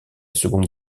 seconde